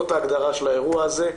זאת ההגדרה של האירוע הזה.